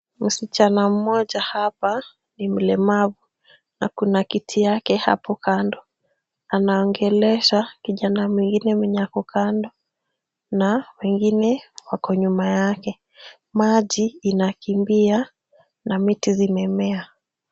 Msichana mmoja hapa, ni mlemavu, na kuna kiti yake hapo kando. Anaongelesha kijana mwingine mwenye ako kando, na wengine wako nyuma yake. Maji inakimbia, na miti zimemea.